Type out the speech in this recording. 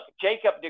Jacob